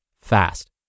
fast